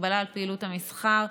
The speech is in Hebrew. הגבלה על פעילות המסחר,